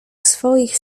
swoich